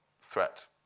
threat